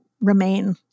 remain